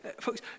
Folks